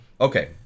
Okay